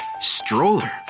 Stroller